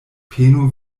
penu